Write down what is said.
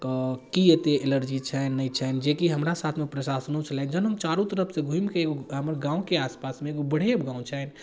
के कि एतेक एलर्जी छनि नहि छनि जेकि हमरा साथमे प्रशासनो छलथि जहन हम चारू तरफसँ घुमिकऽ एगो हमर गामके आसपासमे एगो बढेब गाम छै